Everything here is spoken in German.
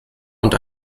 und